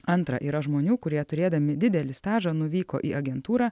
antra yra žmonių kurie turėdami didelį stažą nuvyko į agentūrą